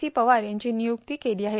C Pawar यांची निय्क्ती केली आहे